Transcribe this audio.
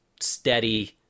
steady